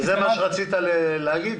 וזה מה שרצית להגיד?